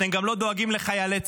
אתם גם לא דואגים לחיילי צה"ל,